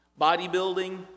bodybuilding